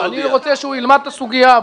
אני מבקש הוא ילמד את הסוגיה.